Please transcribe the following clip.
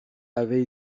avait